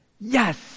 Yes